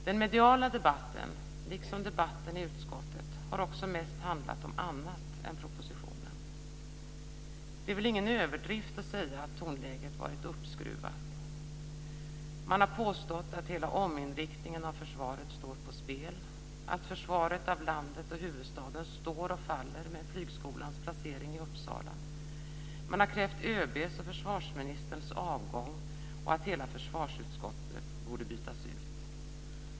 Den mediala debatten, liksom debatten i utskottet, har också mest handlat om annat än propositionen. Det är väl ingen överdrift att säga att tonläget varit uppskruvat. Man har påstått att hela ominriktningen av försvaret står på spel och att försvaret av landet och huvudstaden står och faller med flygskolans placering i Uppsala. Man har krävt ÖB:s och försvarsministerns avgång och att hela försvarsutskottet borde bytas ut.